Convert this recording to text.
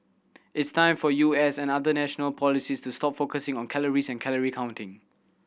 it's time for U S and other national policies to stop focusing on calories and calorie counting